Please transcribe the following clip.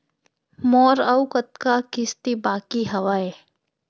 मोर अऊ कतका किसती बाकी हवय?